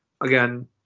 again